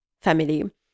family